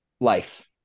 life